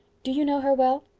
do you know her well?